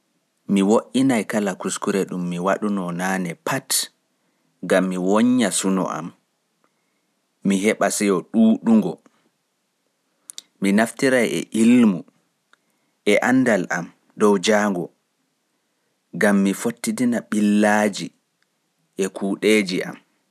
Mi wo'inai kala feggere nde mi waɗi pat gam mi wonnya suno-am, mi heɓa syo ɗungo. Mi naftirai e ilmu e andal am dow jaango gam mi fottidina ɓillaaji e kuuɗeji am.